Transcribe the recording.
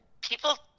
people